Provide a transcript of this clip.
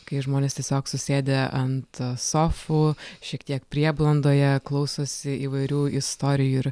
kai žmonės tiesiog susėdę ant sofų šiek tiek prieblandoje klausosi įvairių istorijų ir